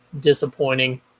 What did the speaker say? disappointing